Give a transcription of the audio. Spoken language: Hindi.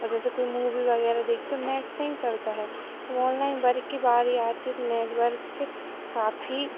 और जैसे कोई मूवी वग़ैरह देखते हैं नेट सही चलता है ऑनलाइन वर्क की बारी आती है तो नेटवर्क काफी